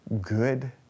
good